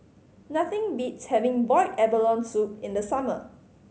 nothing beats having boiled abalone soup in the summer